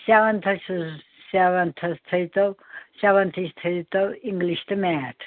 سیٚوَنتھَس چھُس سیٚوَنتھَس تھٲۍ تو سیٚوَنتھٕچ تھٲۍ تو اِنگلِش تہٕ میتھ